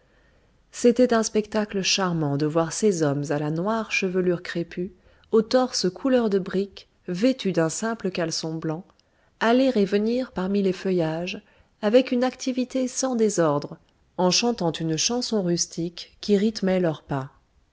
c'était un spectacle charmant de voir ces hommes à la noire chevelure crépue au torse couleur de brique vêtus d'un simple caleçon blanc aller et venir parmi les feuillages avec une activité sans désordre en chantant une chanson rustique qui rythmait leur pas